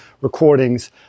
recordings